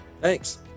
Thanks